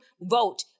vote